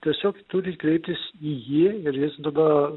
tiesiog turi kreiptis į jį ir jis tada